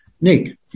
Nick